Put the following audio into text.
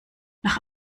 nach